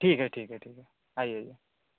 ठीक है ठीक है आइए जी